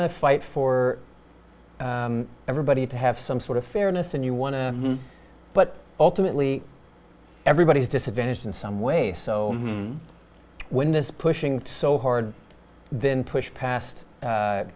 to fight for everybody to have some sort of fairness and you want to but ultimately everybody is disadvantaged in some way so when this pushing so hard then push past